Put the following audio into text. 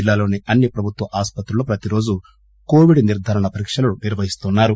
జిల్లాలోని అన్ని ప్రభుత్వ ఆసుపత్రుల్లో ప్రతి రోజు కోవిడ్ నిర్దారణ పరీక్షలు నిర్వహిస్తున్నారు